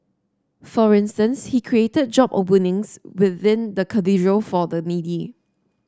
for instance he created job openings within the Cathedral for the needy